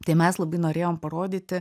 tai mes labai norėjom parodyti